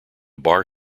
bar